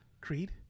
Creed